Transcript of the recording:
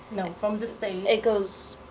no. from the state. it goes.